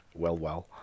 Wellwell